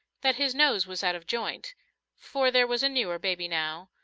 that his nose was out of joint for there was a newer baby now,